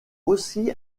aussi